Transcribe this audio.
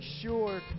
sure